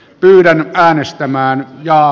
pelkän äänestämään ja